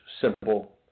simple